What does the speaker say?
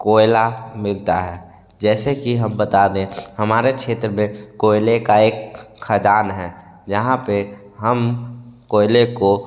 कोयला मिलता है जैसे कि हम बता दे हमारे क्षेत्र में कोयले का एक खदान है जहाँ पे हम कोयले को